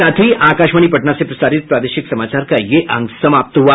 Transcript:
इसके साथ ही आकाशवाणी पटना से प्रसारित प्रादेशिक समाचार का ये अंक समाप्त हुआ